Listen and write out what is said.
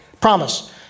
promise